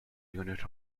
unit